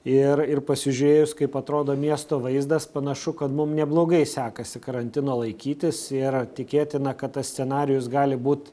ir ir pasižiūrėjus kaip atrodo miesto vaizdas panašu kad mum neblogai sekasi karantino laikytis ir tikėtina kad tas scenarijus gali būt